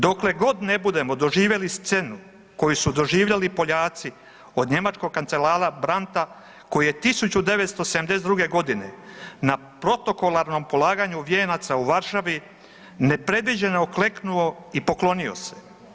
Dokle god ne budemo doživjeli scenu koju su doživjeli Poljaci od njemačkog kancelara Brandta koji je 1972. g. na protokolarnom polaganju vijenaca u Varšavi nepredviđeno kleknuo i poklonio se.